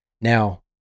Now